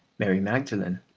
mary magdalen,